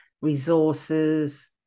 resources